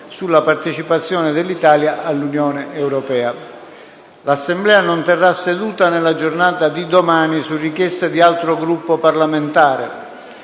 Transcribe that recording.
sulla partecipazione dell'Italia all'Unione europea. L'Assemblea non terrà seduta nella giornata di domani, su richiesta di altro Gruppo parlamentare.